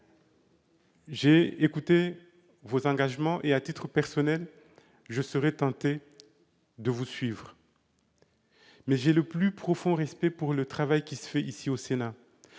J'ai écouté vos propos et je suis, à titre personnel, tenté de vous suivre. Mais j'ai le plus profond respect pour le travail qui se fait ici, au Sénat.